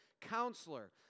counselor